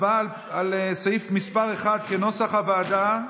הצבעה על סעיף מס' 1 כנוסח הוועדה,